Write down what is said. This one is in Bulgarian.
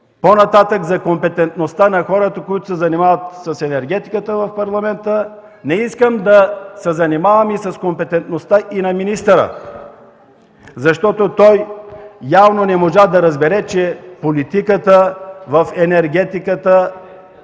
по-нататък за компетентността на хората, които се занимават с енергетиката в Парламента, не искам да се занимавам с компетентността и на министъра, защото той явно не можа да разбере, че политиката в енергетиката се води от